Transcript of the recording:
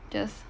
just